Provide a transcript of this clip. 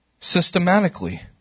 systematically